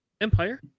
Empire